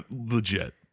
legit